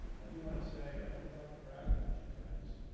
i do wanna say, i always like to brag about you guys.